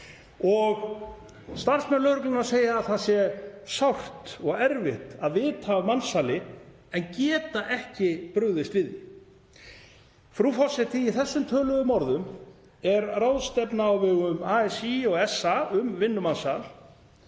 Starfsmenn lögreglunnar segja að það sé sárt og erfitt að vita af mansali en geta ekki brugðist við því. Frú forseti. Í þessum töluðu orðum er ráðstefna á vegum ASÍ og SA um vinnumansal.